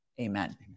Amen